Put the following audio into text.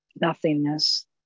Nothingness